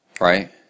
right